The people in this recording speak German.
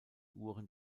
uhren